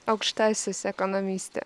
aukštasis ekonomistė